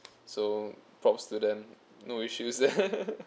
so props to them no issues